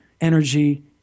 energy